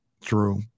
True